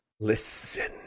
Listen